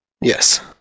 Yes